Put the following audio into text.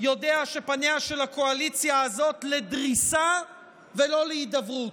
יודע שפניה של הקואליציה הזאת לדריסה ולא להידברות,